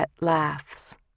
laughs